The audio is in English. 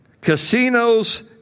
casinos